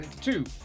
two